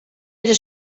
era